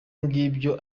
ngibyo